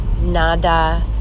nada